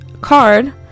card